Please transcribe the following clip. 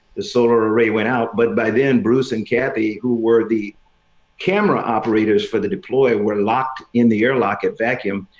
the solar array went out. but by then, bruce and kathy, who were the camera operators for the deploy, were locked in the airlock at vaccuum,